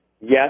yes